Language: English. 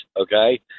Okay